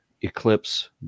eclipse